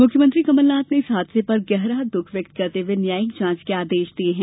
मुख्यमंत्री कमलनाथ ने इस हादसे पर गहरा दुख व्यक्त करते हुये न्यायिक जांच के आदेश दिये है